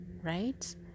right